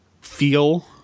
feel